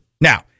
Now